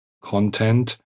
content